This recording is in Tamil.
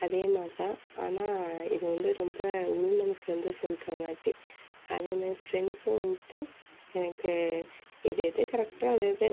அதேமாதிரி தான் ஆனால் இது வந்து ரொம்ப உள்மனசுலேருந்து சொல்கிற மாதிரி அதே மாதிரி ஃப்ரெண்ட்ஸும் வந்துட்டு எனக்கு எது எது கரெக்ட்டோ அது அது